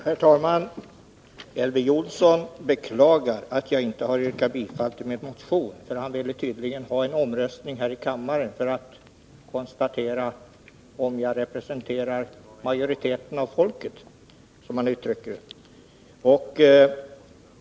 Herr talman! Elver Jonsson beklagar att jag inte har yrkat bifall till min motion. Han vill tydligen ha en omröstning här i kammaren för att konstatera om jag representerar majoriteten av folket, som han uttrycker det.